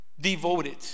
Devoted